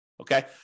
Okay